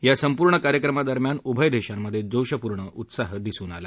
या संपूर्ण कार्यक्रमा दरम्यान उभय देशांमध्ये जोशपूर्ण उत्साह दिसून आला